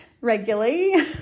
regularly